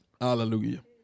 Hallelujah